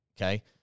Okay